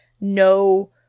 no